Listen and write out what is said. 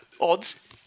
Odds